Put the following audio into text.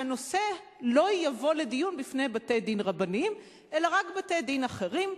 שהנושא לא יבוא לדיון בפני בתי-דין רבניים אלא רק לבתי-דין אחרים,